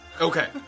Okay